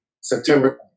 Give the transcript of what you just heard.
September